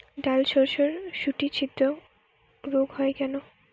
ডালশস্যর শুটি ছিদ্র রোগ হয় কেন?